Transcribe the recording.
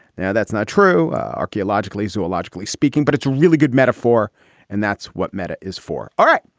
now that's not true archaeologically so logically speaking but it's a really good metaphor and that's what metta is for. all right.